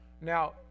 Now